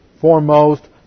foremost